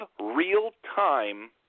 real-time